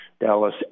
Dallas